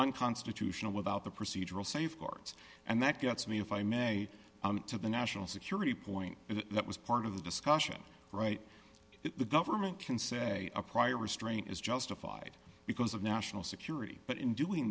unconstitutional without the procedural safeguards and that gets me if i may to the national security point that was part of the discussion right if the government can say a prior restraint is justified because of national security but in doing